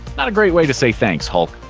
not a great way to say thanks, hulk.